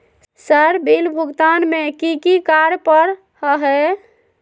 Sir bill भुगतान में की की कार्य पर हहै?